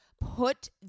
put